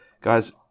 Guys